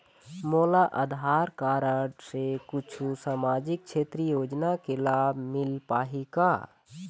मोला आधार कारड से कुछू सामाजिक क्षेत्रीय योजना के लाभ मिल पाही का?